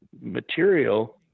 material